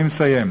אני מסיים.